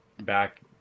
back